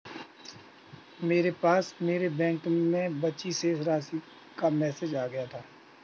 मेरे पास मेरे बैंक में बची शेष राशि का मेसेज आ गया था